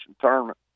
tournament